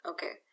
Okay